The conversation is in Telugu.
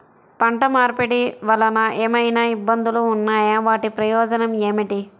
పంట మార్పిడి వలన ఏమయినా ఇబ్బందులు ఉన్నాయా వాటి ప్రయోజనం ఏంటి?